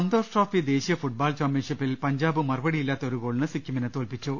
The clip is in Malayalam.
സന്തോഷ് ട്രോഫി ദേശീയ ഫൂട്ബോൾ ചാമ്പ്യൻഷിപ്പിൽ പഞ്ചാബ് മറുപടിയില്ലാത്ത ഒരു ഗോളിന് സിക്കിമിനെ തോൽപ്പിച്ചു